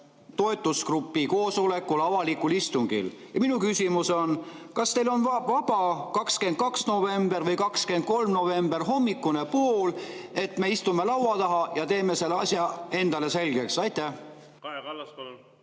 toetusgrupi koosolekul, avalikul istungil. Ja minu küsimus on, kas teil on vaba 22. novembri või 23. novembri hommikupool, et me istume laua taha ja teeme selle asja endale selgeks. Aitäh,